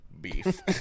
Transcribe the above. beef